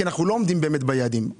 כי אנחנו לא עומדים באמת ביעדים.